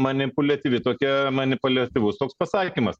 manipuliatyvi tokia manipuliatyvus toks pasakymas